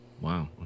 Wow